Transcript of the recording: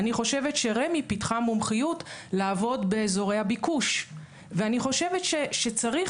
רמ"י פיתחה מומחיות לעבוד באזורי הביקוש ואני חושבת שצריך